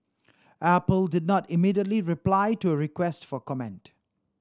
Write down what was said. apple did not immediately reply to a request for comment